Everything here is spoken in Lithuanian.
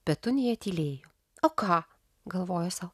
petunija tylėjo o ką galvojo sau